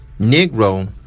Negro